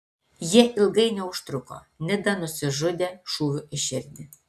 jie ilgai neužtruko nida nusižudė šūviu į širdį